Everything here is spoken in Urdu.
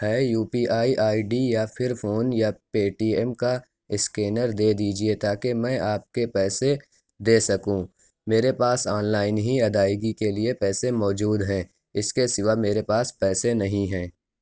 ہے U P I I D یا پھر فون یا پے ٹی ایم کا اسکینر دے دیجیے تاکہ میں آپ کے پیسے دے سکوں میرے پاس آن لائن ہی ادائیگی کے لیے پیسے موجود ہیں اِس کے سوا میرے پاس پیسے نہیں ہیں